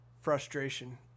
frustration